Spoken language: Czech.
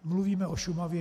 Mluvíme o Šumavě.